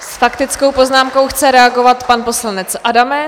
S faktickou poznámkou chce reagovat pan poslanec Adamec.